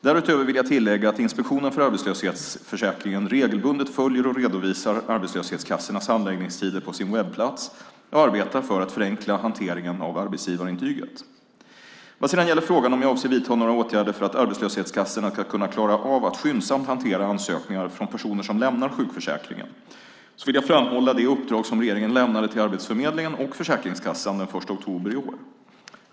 Därutöver vill jag tillägga att Inspektionen för arbetslöshetsförsäkringen regelbundet följer och redovisar arbetslöshetskassornas handläggningstider på sin webbplats och arbetar för att förenkla hanteringen av arbetsgivarintyget. Vad sedan gäller frågan om jag avser att vidta några åtgärder för att arbetslöshetskassorna ska kunna klara av att skyndsamt hantera ansökningar från personer som lämnar sjukförsäkringen vill jag framhålla det uppdrag som regeringen lämnade till Arbetsförmedlingen och Försäkringskassan den 1 oktober i år.